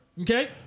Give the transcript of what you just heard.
Okay